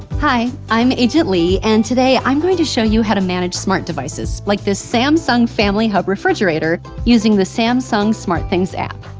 hi, i'm agent lee. and today i'm going to show you how to manage smart devices. like this samsung family hub refrigerator using the samsung smartthings app.